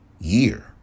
Year